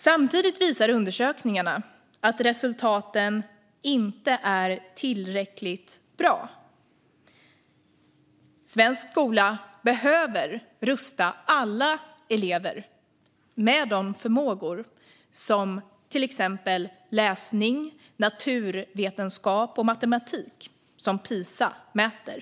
Samtidigt visar undersökningarna att resultaten inte är tillräckligt bra. Svensk skola behöver rusta alla elever med de kunskaper i till exempel läsning, naturvetenskap och matematik som Pisa mäter.